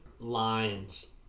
Lines